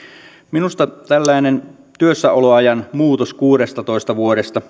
minusta tällainen työssäoloajan muutos kuudestatoista vuodesta